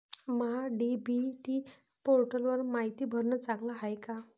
महा DBT पोर्टलवर मायती भरनं चांगलं हाये का?